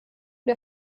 der